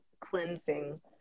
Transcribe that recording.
cleansing